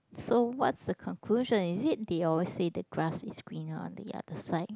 so what's the conclusion is it they always say the grass is greener on the other side